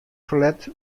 ferlet